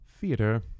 theater